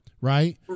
Right